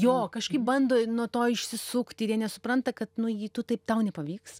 jo kažkaip bando nuo to išsisukti nesupranta kad nu jei tu taip tau nepavyks